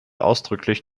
ausdrücklich